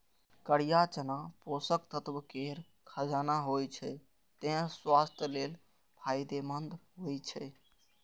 करिया चना पोषक तत्व केर खजाना होइ छै, तें स्वास्थ्य लेल फायदेमंद होइ छै